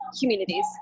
communities